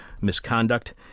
misconduct